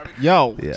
Yo